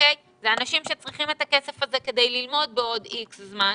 אלו אנשים שצריכים את הכסף הזה כדי ללמוד בעוד זמן מה,